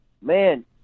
Man